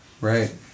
Right